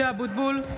(קוראת בשמות חברי הכנסת) משה אבוטבול,